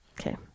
Okay